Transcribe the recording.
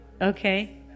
Okay